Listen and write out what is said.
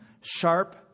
sharp